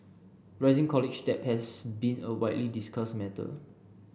rising college debt has been a widely discussed matter